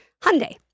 Hyundai